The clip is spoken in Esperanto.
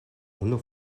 unu